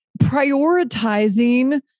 prioritizing